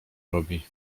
robi